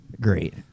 Great